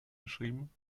geschrieben